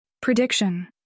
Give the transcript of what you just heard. Prediction